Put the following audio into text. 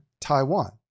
Taiwan